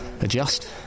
adjust